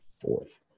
fourth